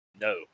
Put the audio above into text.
no